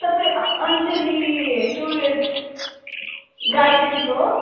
तपाईँ Anjali tourist guidance हो